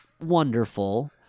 wonderful